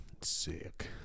Sick